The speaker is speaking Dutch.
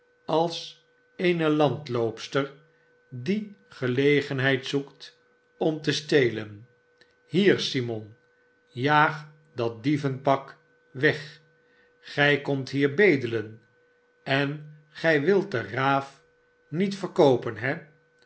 als eene landloopster die gelegenheid zoekt om te stelen hier simon jaag dat dievenpak weg gij komt hier bedelen en gij wilt de raaf niet verkooperv he